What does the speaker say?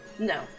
No